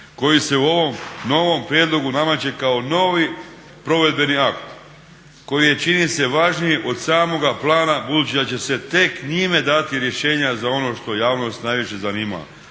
koji se u ovom novom prijedlogu nameće kao novi provedbeni akt koji je čini mi se važniji od samoga plana budući da će se tek njime dati rješenja za ono što javnost najviše zanima